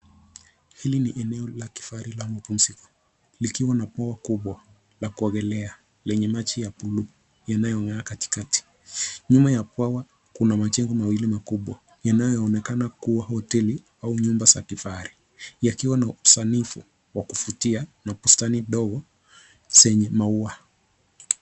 Hili ni eneo la kifahari la mapumziko likiwa na bwawa kubwa la kuogelea lenye maji ya bluu yanayong'aa katikati. Nyuma ya bwawa kuna majengo mawili makubwa inayoonekana kuwa hoteli au nyumba za kifahari yakiwa na usanifu wa kuvutia na bustani ndogo zenye maua.